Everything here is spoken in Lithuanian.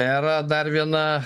era dar viena